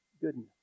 goodness